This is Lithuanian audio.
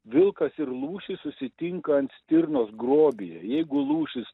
vilkas ir lūšys susitinka ant stirnos grobyje jeigu lūšys